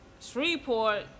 Shreveport